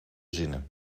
zinnen